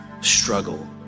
struggle